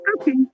Okay